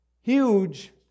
huge